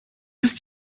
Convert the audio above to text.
ist